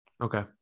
okay